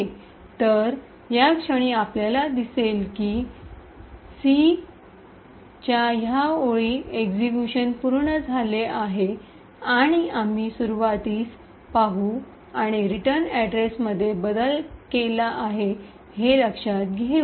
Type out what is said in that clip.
तर या क्षणी आपल्याला दिसेल की सी च्या ह्या ओळचे एक्सिक्यूशन पूर्ण झाले आहे आणि आम्ही सुरूवातीस स्टार्ट - start पाहू आणि रिटर्न अॅड्रेसमध्ये बदल केला आहे हे देखील लक्षात घेऊ